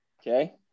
Okay